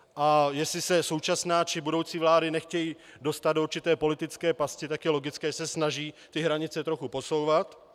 A jestli se současná či budoucí vlády nechtějí dostat do určité politické pasti, tak je logické, že se snaží ty hranice trochu posouvat.